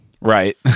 right